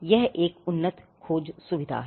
यह एक उन्नत खोज सुविधा है